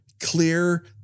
clear